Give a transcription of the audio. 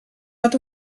nad